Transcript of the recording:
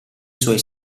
suoi